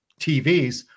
TVs